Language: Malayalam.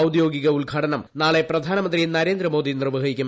ഏറ്റ്ദ്ദ്യാഗിക ഉദ്ഘാടനം നാളെ പ്രധാനമന്ത്രി നരേന്ദ്രമോദി നിർവ്വഹിക്കും